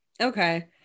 Okay